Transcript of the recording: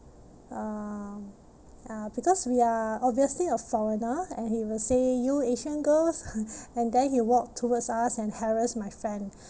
uh uh because we are obviously a foreigner and he will say you asian girls and then he walked towards us and harassed my friend